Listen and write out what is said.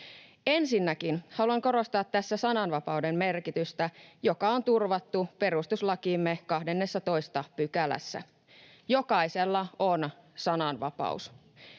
Ensinnäkin haluan korostaa tässä sananvapauden merkitystä, joka on turvattu perustuslakimme 12 §:ssä. Jokaisella on sananvapaus.